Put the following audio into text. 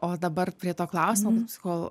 o dabar prie to klausimo kol